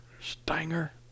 Stanger